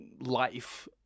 life